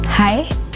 Hi